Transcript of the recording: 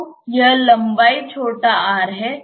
तो यह लंबाई r है